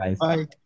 Bye